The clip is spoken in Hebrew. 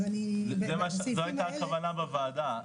אז בסעיפים האלה --- זו הייתה הכוונה בוועדה.